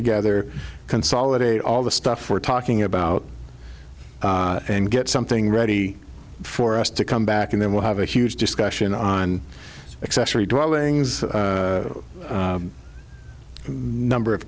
together consolidate all the stuff we're talking about and get something ready for us to come back and then we'll have a huge discussion on accessory dwellings number of